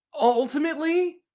ultimately